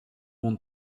monde